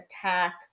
attack